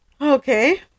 okay